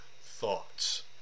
thoughts